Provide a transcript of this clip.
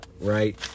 Right